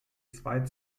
zwei